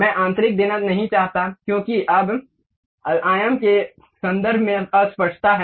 मैं आंतरिक देना नहीं चाहता क्योंकि अब आयाम के संदर्भ में अस्पष्टता है